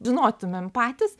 žinotumėm patys